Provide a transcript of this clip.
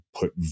put